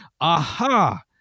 aha